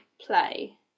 play